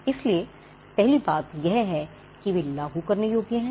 इसलिए पहली बात यह है कि वे लागू करने योग्य हैं